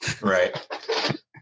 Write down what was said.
Right